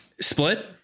Split